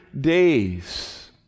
days